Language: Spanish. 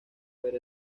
ver